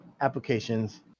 applications